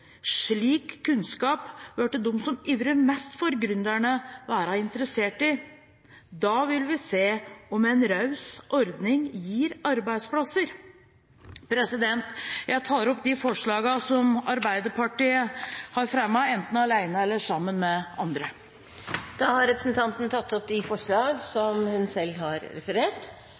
Slik kunnskap burde de som ivrer mest for gründerne, være interessert i. Da vil vi se om en raus ordning gir arbeidsplasser. Jeg tar opp de forslagene som Arbeiderpartiet har fremmet, enten alene eller sammen med andre. Representanten Rigmor Aasrud har tatt opp de forslagene hun refererte til. Arbeidsledigheten har